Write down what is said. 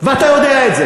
הוא לא מזיז את הראש.